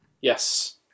Yes